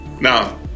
Now